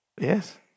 Yes